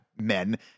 men